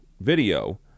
video